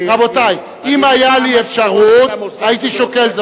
רבותי, אם היתה לי אפשרות הייתי שוקל זאת.